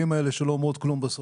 שלא אומרות כלום בסוף.